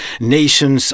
Nations